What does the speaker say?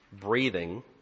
breathing